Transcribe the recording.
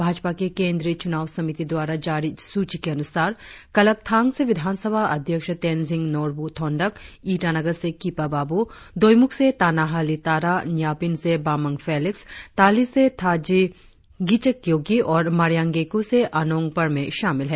भाजपा की केंद्रीय चुनाव समिति द्वारा जारी सूची के अनुसार कलकतांग से विधानसभा अध्यक्ष तेनजिंग नोरबू थोंडक ईटानगर से किपा बाबू दोईमुख से ताना हाली तारा न्यापीन से बामंग फेलिक्स ताली से थाजी गिचक कियोगी और मारियांग गेकु से अनोंग परमे शामिल है